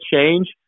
change